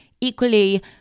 equally